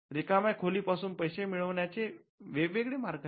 रिकाम्या खोली पासून पैसे मिळवण्याचे वेगवेगळे मार्ग आहेत